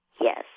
Yes